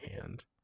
hand